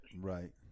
Right